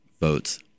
votes